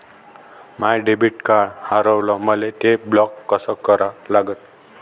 माय debit card हारवलं, मले ते ब्लॉक कस करा लागन?